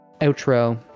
outro